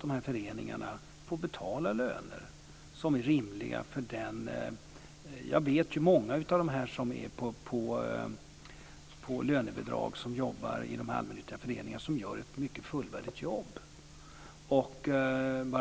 De här föreningarna får ju betala löner som är rimliga. Jag vet att många med lönebidrag som jobbar i allmännyttiga föreningar gör ett mycket fullvärdigt jobb. Om